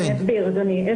אני אסביר אדוני.